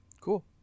Cool